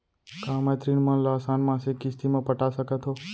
का मैं ऋण मन ल आसान मासिक किस्ती म पटा सकत हो?